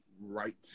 right